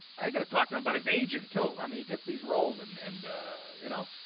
i gotta talk to him about his agent too. i mean he gets these roles and and you know,